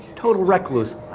total recluse.